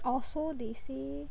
or so they say